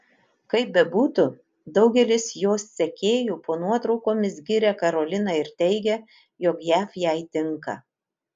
kaip bebūtų daugelis jos sekėjų po nuotraukomis giria karoliną ir teigia jog jav jai tinka